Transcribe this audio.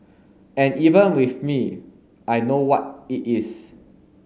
and even with me I know what it is